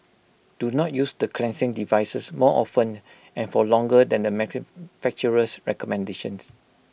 do not use the cleansing devices more often and for longer than the manufacturer's recommendations